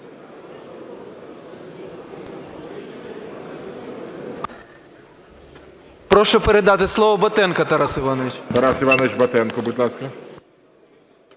Прошу передати слово Батенку Тарасу. ГОЛОВУЮЧИЙ. Тарас Іванович Батенко, будь ласка.